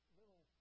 little